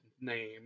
name